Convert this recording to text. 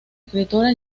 escritora